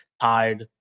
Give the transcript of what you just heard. tied